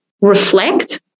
reflect